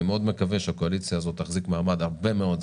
אני מקווה מאוד שהקואליציה הזאת תחזיק הרבה מאוד זמן.